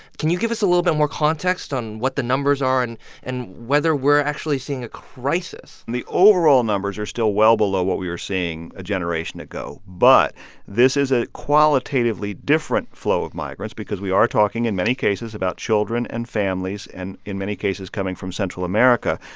can you give us a little bit more context on what the numbers are and and whether we're actually seeing a crisis? and the overall numbers are still well below what we were seeing a generation ago. but this is a qualitatively different flow of migrants because we are talking in many cases about children and families and in many cases coming from central america,